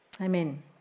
Amen